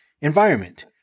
Environment